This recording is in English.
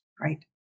Right